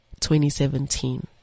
2017